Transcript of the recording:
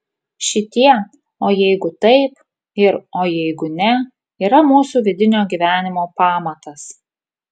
šitie o jeigu taip ir o jeigu ne yra mūsų vidinio gyvenimo pamatas